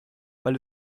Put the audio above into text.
weil